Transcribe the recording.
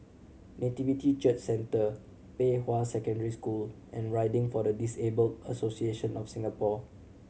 Nativity Church Centre Pei Hwa Secondary School and Riding for the Disabled Association of Singapore